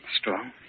Strong